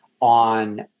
on